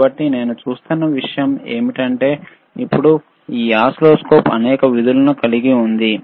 కాబట్టి నేను చెప్తున్న విషయం ఏమిటంటే ఇప్పుడు ఈ ఓసిల్లోస్కోప్ అనేక విధులను కలిగి ఉంది